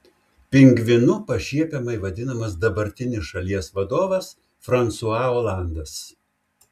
pingvinu pašiepiamai vadinamas dabartinis šalies vadovas fransua olandas